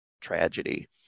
tragedy